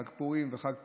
חג פורים וחג פסח,